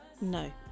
No